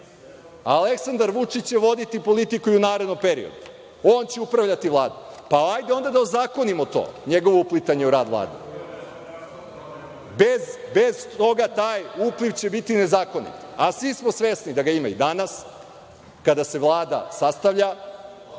Aleksandar Vučić će voditi politiku i u narednom periodu. On će upravljati Vladom. Hajde onda da ozakonimo to njegovo uplitanje u rad Vlade. Bez toga, taj upliv će biti nezakonit. A svi smo svesni da ga ima i danas, kada se Vlada sastavlja,